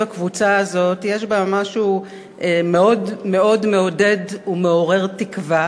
הקבוצה הזאת יש בה משהו מאוד מעודד ומעורר תקווה.